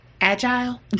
agile